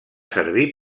servir